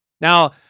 Now